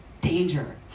danger